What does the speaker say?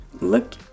Look